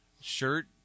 shirt